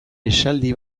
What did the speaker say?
esaldi